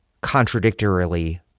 contradictorily